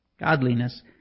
Godliness